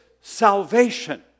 salvation